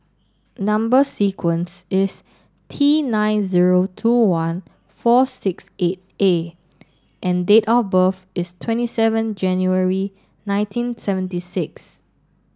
number sequence is T nine zero two one four six eight A and date of birth is twenty seven January nineteen seventy six